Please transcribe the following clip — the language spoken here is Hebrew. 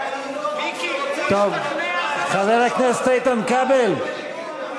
מי שרוצה לקנות דירה לא יקנה אותה מתצוגה אור-קולית.